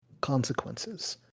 consequences